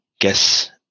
guess